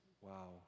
Wow